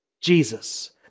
Jesus